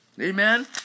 Amen